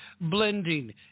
blending